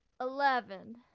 Eleven